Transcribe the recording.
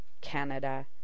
Canada